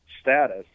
status